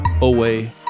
away